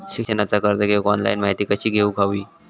शिक्षणाचा कर्ज घेऊक ऑनलाइन माहिती कशी घेऊक हवी?